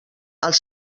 als